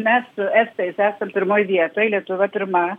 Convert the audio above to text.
mes su estais esam pirmoj vietoj lietuva pirma